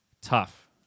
Tough